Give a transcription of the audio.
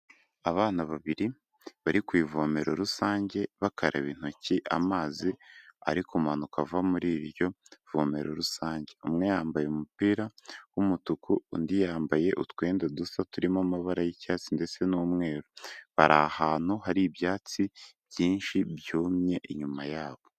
Abana babiri bari ku ivomero rusange bakaraba intoki amazi ari kumanuka ava muri iryo vomero rusange. Umwe yambaye umupira w'umutuku, undi yambaye utwenda dusa turimo amabara y'icyatsi ndetse n'umweru. Bari ahantu hari ibyatsi byinshi byumye inyuma yabo.